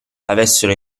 avessero